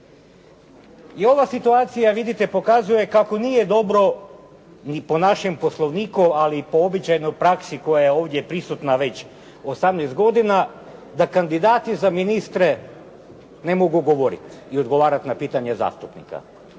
I ova situacija vidite pokazuje kako nije dobro ni po našem Poslovniku, ali i po običajnoj praksi koja je ovdje prisutna već 18 godina da kandidati za ministre ne mogu govoriti i odgovarati na pitanja zastupnika.